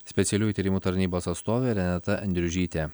specialiųjų tyrimų tarnybos atstovė renata endriužytė